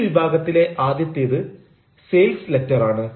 ഈ വിഭാഗത്തിലെ ആദ്യത്തേത് സെയിൽസ് ലെറ്റർ ആണ്